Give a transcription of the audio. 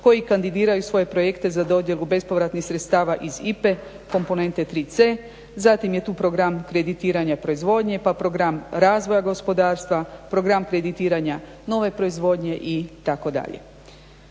koji kandidiraju svoje projekte za dodjelu bespovratnih sredstava iz IPA-e komponente 3c. Zatim je tu program kreditiranja proizvodnje, pa program razvoja gospodarstva, program kreditiranja nove proizvodnje itd.